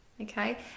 okay